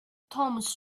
thomas